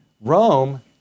Rome